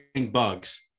bugs